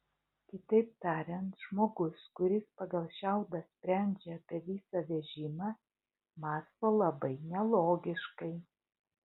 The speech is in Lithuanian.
kitaip tariant žmogus kuris pagal šiaudą sprendžia apie visą vežimą mąsto labai nelogiškai